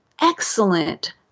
excellent